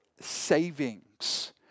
savings